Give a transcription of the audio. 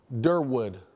Durwood